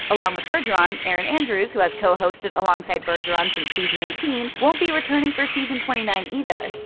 along with bergeron, erin andrews, who has co-hosted alongside bergeron since season eighteen, won't be returning for season twenty nine either.